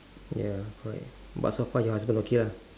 ya correct but so far your husband okay lah